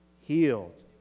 healed